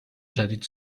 جدید